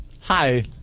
Hi